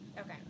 Okay